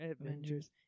Avengers